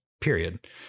period